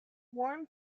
warm